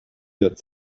had